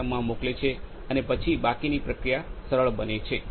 સિસ્ટમમાં મોકલે છે અને પછી બાકીની પ્રક્રિયા સરળ બને છે